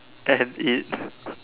and eat